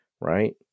right